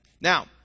Now